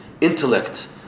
intellect